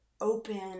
open